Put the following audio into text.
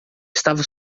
estava